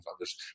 others